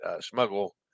smuggle